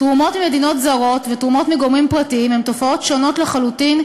תרומות ממדינות זרות ותרומות מגורמים פרטיים הן תופעות שונות לחלוטין,